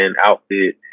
outfit